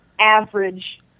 average